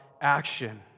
action